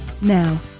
Now